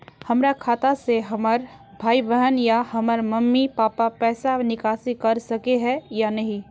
हमरा खाता से हमर भाई बहन या हमर मम्मी पापा पैसा निकासी कर सके है या नहीं?